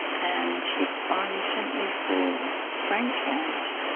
and she finally sent me for brain scans.